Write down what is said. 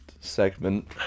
segment